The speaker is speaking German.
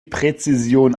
präzision